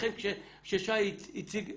לכן כששי הציג מתווה,